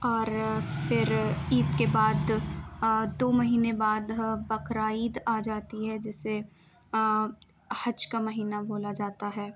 اور پھر عید کے بعد دو مہینے بعد بقر عید آ جاتی ہے جسے حج کا مہینہ بولا جاتا ہے